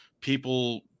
people